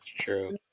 True